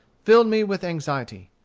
filled me with anxiety.